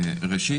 ראשית,